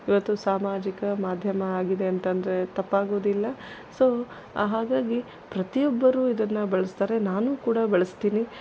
ಇವತ್ತು ಸಾಮಾಜಿಕ ಮಾಧ್ಯಮ ಆಗಿದೆ ಅಂತಂದರೆ ತಪ್ಪಾಗೋದಿಲ್ಲ ಸೋ ಹಾಗಾಗಿ ಪ್ರತಿಯೊಬ್ಬರೂ ಇದನ್ನು ಬಳಸ್ತಾರೆ ನಾನೂ ಕೂಡ ಬಳಸ್ತೀನಿ